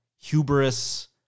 Hubris